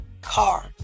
car